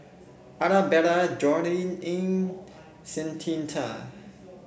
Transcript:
Arabella Joye and Shanita